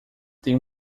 tem